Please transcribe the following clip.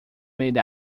made